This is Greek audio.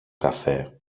καφέ